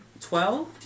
Twelve